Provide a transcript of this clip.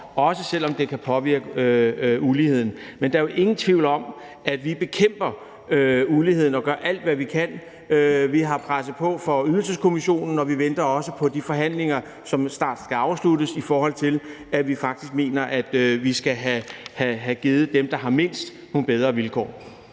også selv om det kan påvirke uligheden. Men der er jo ingen tvivl om, at vi bekæmper uligheden og gør alt, hvad vi kan. Vi har presset på for Ydelseskommissionen, og vi venter også på de forhandlinger, som snart skal afsluttes, i forhold til at vi faktisk mener, at vi skal have givet dem, der har mindst, nogle bedre vilkår.